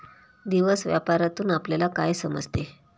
दिवस व्यापारातून आपल्यला काय समजते